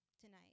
tonight